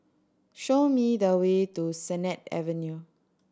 show me the way to Sennett Avenue